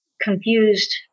confused